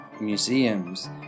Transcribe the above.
museums